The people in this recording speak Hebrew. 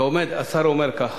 השר אומר כך: